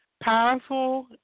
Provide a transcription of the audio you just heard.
powerful